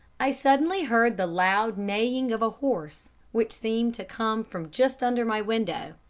i suddenly heard the loud neighing of a horse which seemed to come from just under my window,